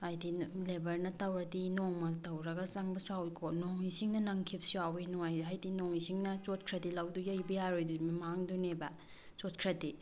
ꯍꯥꯏꯗꯤ ꯂꯦꯕꯔꯅ ꯇꯧꯔꯗꯤ ꯅꯣꯡꯃ ꯇꯧꯔꯒ ꯆꯪꯕꯁꯨ ꯌꯥꯎꯏꯀꯣ ꯅꯣꯡ ꯏꯁꯤꯡꯅ ꯅꯪꯈꯤꯕꯁꯨ ꯌꯥꯎꯏ ꯍꯥꯏꯗꯤ ꯅꯣꯡ ꯏꯁꯤꯡꯅ ꯆꯣꯠꯈ꯭ꯔꯗꯤ ꯂꯧꯗꯨ ꯌꯩꯕ ꯌꯥꯔꯣꯏꯗꯣꯏꯅꯤ ꯃꯥꯡꯗꯣꯏꯅꯦꯕ ꯆꯣꯠꯈ꯭ꯔꯗꯤ